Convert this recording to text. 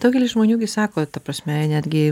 daugelis žmonių gi sako ta prasme netgi